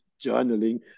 journaling